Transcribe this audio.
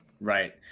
Right